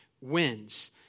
wins